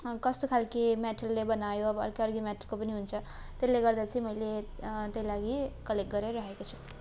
कस्तो खालको मेटलले बनायो अब अर्कै अर्कै मेटलको पनि हुन्छ त्यसले गर्दा चाहिँ मैले त्यही लागि कलेक्ट गरेर राखेको छु